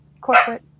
corporate